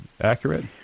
accurate